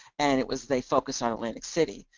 and it was they focused on atlantic city.